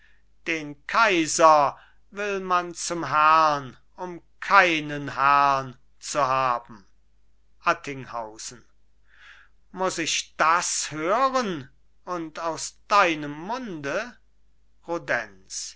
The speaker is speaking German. den kaiser will man zum herrn um keinen herrn zu haben attinghausen muss ich das hören und aus deinem munde